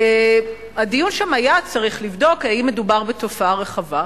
והדיון שם היה צריך לבדוק אם מדובר בתופעה רחבה.